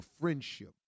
friendship